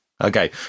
Okay